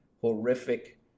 horrific